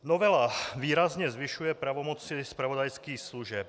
Novela výrazně zvyšuje pravomoci zpravodajských služeb.